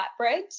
flatbread